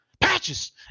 patches